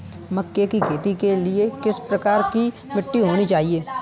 मक्के की खेती के लिए किस प्रकार की मिट्टी होनी चाहिए?